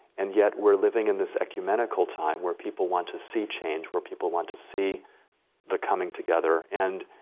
and yet we're living in this ecumenical time where people want to see change, where people want to see the coming together. and,